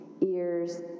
ears